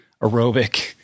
aerobic